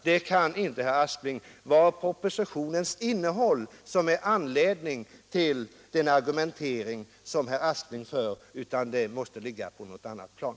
Det kan inte vara propositionens innehåll som har föranlett herr Asplings argumentering, utan det måste vara någonting som ligger på ett annat plan.